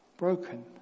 Broken